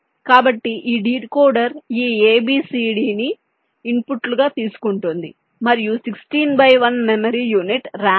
కాబట్టి ఈ డీకోడర్ ఈ ABCD ని ఇన్పుట్లుగా తీసుకుంటుంది మరియు 16 బై 1 మెమరీ యూనిట్ RAM ఉంది